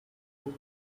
code